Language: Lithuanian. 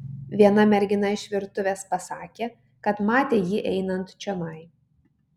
viena mergina iš virtuvės pasakė kad matė jį einant čionai